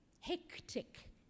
hectic